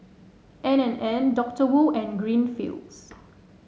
N and N Doctor Wu and Greenfields